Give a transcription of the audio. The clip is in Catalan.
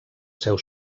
seu